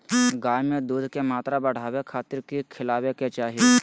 गाय में दूध के मात्रा बढ़ावे खातिर कि खिलावे के चाही?